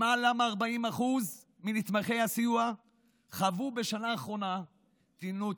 למעלה מ-40% מנתמכי הסיוע חוו בשנה האחרונה פעולות